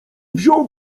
wziął